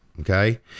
Okay